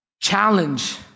challenge